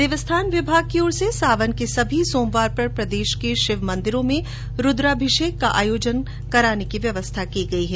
देवस्थान विभाग की ओर से सावन के सभी सोमवारों पर प्रदेश के शिव मन्दिरों में रूद्राभिषेक का आयोजन करवाने की व्यवस्था की गई है